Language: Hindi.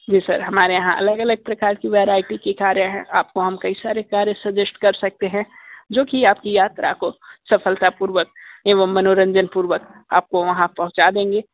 जी सर हमारे यहाँ अलग अलग प्रकार की वैराइटी के कारें हैं आपको हम कई सारे कारें सजेस्ट कर सकते हैं जो की आपकी यात्रा को सफलतापूर्वक एवं मनोरंजनपूर्वक आपको वहाँ पहुँचा देंगे